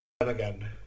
again